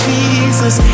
Jesus